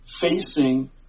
facing